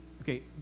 okay